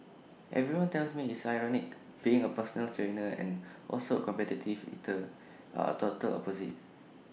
everyone tells me it's ironic being A personal trainer and also A competitive eater are total opposites